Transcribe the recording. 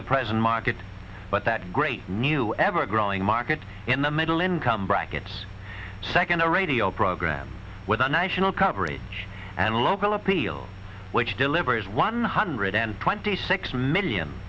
the present market but that great new ever growing market in the middle income brackets second a radio program with a national coverage and local appeal which delivers one hundred and twenty six million